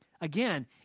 Again